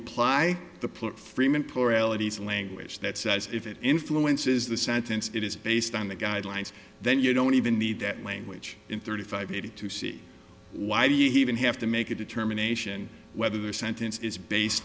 apply the plot freeman pluralities language that says if it influences the sentence it is based on the guidelines then you don't even need that language in thirty five eighty to see why do you even have to make a determination whether the sentence is based